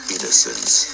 Innocence